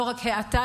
לא רק האטה,